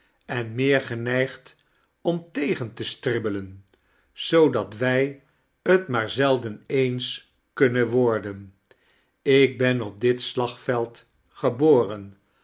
voor rede engineergeneigd om tegen te stobbelein zoodat wij t maar zeldea eens kunnein woxden ik ben op dit slagveld geboren